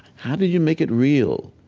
how do you make it real?